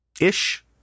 ish